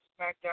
SmackDown